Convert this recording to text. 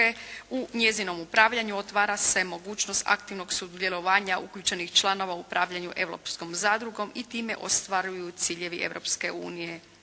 u njezinom upravljanju otvara se mogućnost aktivnog sudjelovanja uključenih članova u upravljanju europskom zadrugom i time ostvaruju ciljevi Europske unije.